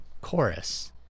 chorus